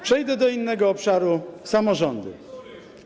Przejdę do innego obszaru: samorządy.